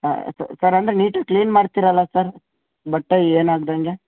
ಹಾಂ ಸರ್ ಅಂದ್ರೆ neat clean ಮಾಡ್ತಿರಲ್ಲ ಸರ್ ಬಟ್ಟೆ ಏನು ಆಗದಂಗೆ